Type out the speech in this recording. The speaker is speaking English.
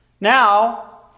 Now